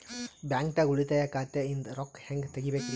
ಬ್ಯಾಂಕ್ದಾಗ ಉಳಿತಾಯ ಖಾತೆ ಇಂದ್ ರೊಕ್ಕ ಹೆಂಗ್ ತಗಿಬೇಕ್ರಿ?